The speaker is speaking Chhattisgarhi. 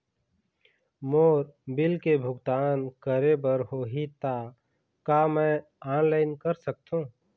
मोर बिल के भुगतान करे बर होही ता का मैं ऑनलाइन कर सकथों?